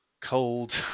cold